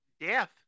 death